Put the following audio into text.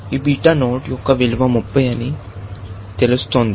ఈ beta node యొక్క విలువ 30 అని తెలుస్తోంది